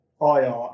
IR